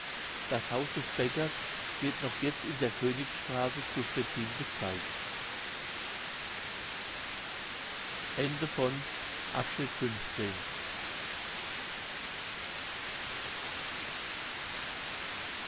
das haus des bäckers wird noch jetzt in der königsstraße zu stettin gezeigt